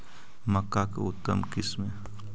मक्का के उतम किस्म?